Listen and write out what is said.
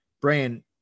Brian